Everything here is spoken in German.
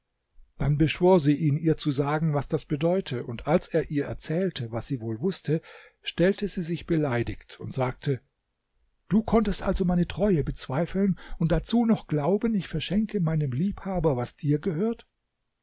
dann beschwor sie ihn ihr zu sagen was das bedeute und als er ihr erzählte was sie wohl wußte stellte sie sich beleidigt und sagte du konntest also meine treue bezweifeln und dazu noch glauben ich verschenke meinem liebhaber was dir gehört